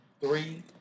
three